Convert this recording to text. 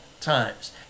times